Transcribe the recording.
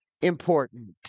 important